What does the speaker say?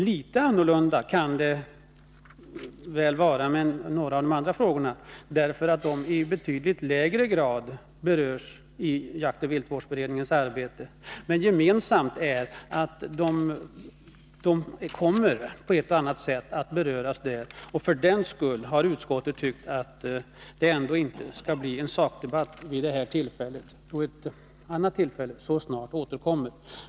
Litet annorlunda kan det vara med några av de andra frågorna, då de i betydligt lägre grad berörs i jaktoch viltvårdsberedningens arbete. Men de kommer, på ett eller annat sätt, att beröras där. Utskottet har alltså tyckt att det inte skall föras en sakdebatt vid detta tillfälle, då ett annat tillfälle till debatt så snart kommer.